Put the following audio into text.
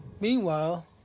Meanwhile